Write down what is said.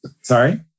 Sorry